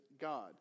God